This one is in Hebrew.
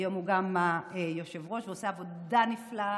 והוא עושה עבודה נפלאה,